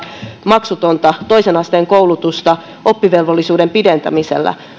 maksutonta toisen asteen koulutusta oppivelvollisuuden pidentämisellä